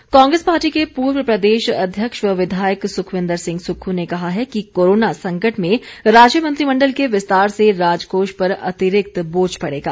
सुक्ख Congress party के पूर्व प्रदेश अध्यक्ष व विधायक सुक्खविंद्र सिंह सुक्खू ने कहा है कि कोरोना संकट में राज्य मंत्रिमंडल के विस्तार से राजकोष पर अतिरिक्त बोझ पड़ेगा